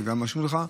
וגם מרשים לך,